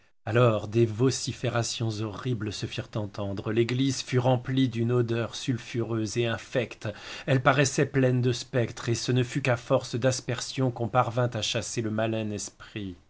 alors des vociférations horribles se firent entendre l'église fut remplie d'une odeur sulfureuse et infecte elle paraissait pleine de spectres et ce ne fut qu'à force d'aspersion qu'on parvint à chasser le malin esprit